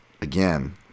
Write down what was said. again